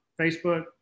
Facebook